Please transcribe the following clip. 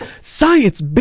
Science